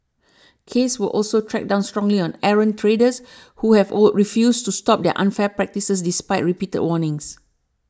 case will also crack down strongly on errant traders who have refused to stop their unfair practices despite repeated warnings